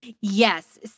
Yes